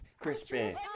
Crispy